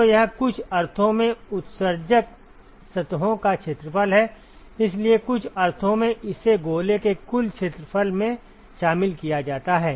तो यह कुछ अर्थों में उत्सर्जक सतहों का क्षेत्रफल है इसलिए कुछ अर्थों में इसे गोले के कुल क्षेत्रफल में शामिल किया जाता है